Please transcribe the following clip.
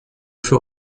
für